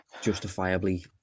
justifiably